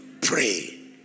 pray